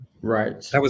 right